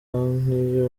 n’iyo